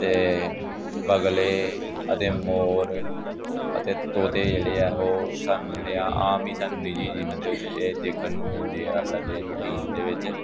ਅਤੇ ਬਗਲੇ ਅਤੇ ਮੋਰ ਅਤੇ ਤੋਤੇ ਜਿਹੜੇ ਆ ਉਹ ਸਾਨੂੰ ਜਿਹੜੇ ਆ ਆਮ ਹੀ ਸਾਨੂੰ ਨਿੱਜੀ ਜੀਵਨ ਦੇ ਵਿੱਚ ਇਹ ਦੇਖਣ ਨੂੰ ਮਿਲਦੇ ਆ ਸਾਡੇ ਰੁਟੀਨ ਦੇ ਵਿੱਚ